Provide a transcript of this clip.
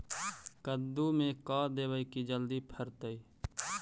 कददु मे का देबै की जल्दी फरतै?